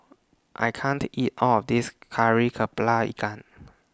I can't eat All of This Kari Kepala Ikan